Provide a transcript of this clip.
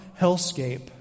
hellscape